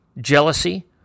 jealousy